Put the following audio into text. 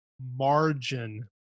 margin